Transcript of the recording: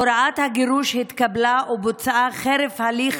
הוראת הגירוש התקבלה ובוצעה חרף הליך